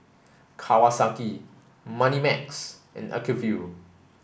Kawasaki Moneymax and Acuvue